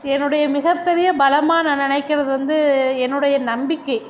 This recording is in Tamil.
என்னுடைய மிகப்பெரிய பலமாக நான் நினைக்கிறது வந்து என்னுடைய நம்பிக்கை